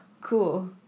cool